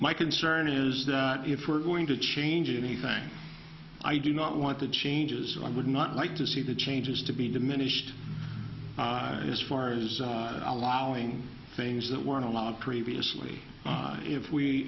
my concern is that if we're going to change anything i do not want the changes i would not like to see the changes to be diminished as far as allowing things that weren't allowed previously if we